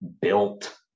built